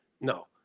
No